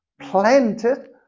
planted